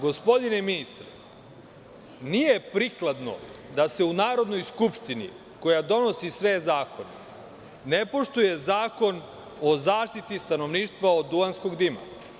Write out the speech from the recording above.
Gospodine ministre, nije prikladno da se u Narodnoj skupštini, koja donosi sve zakone, ne poštuje Zakon o zaštiti stanovništva od duvanskog dima.